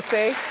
ah a